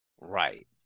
Right